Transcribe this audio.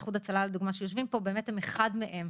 למשל איחוד הצלה שאנשיו יושבים פה הוא אחד מהם.